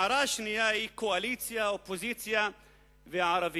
ההערה השנייה היא על קואליציה, אופוזיציה וערבים.